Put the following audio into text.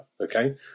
okay